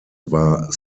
war